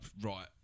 Right